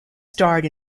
starred